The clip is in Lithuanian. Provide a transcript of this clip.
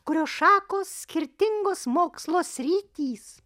kurio šakos skirtingos mokslo sritys